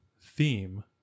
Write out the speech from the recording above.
theme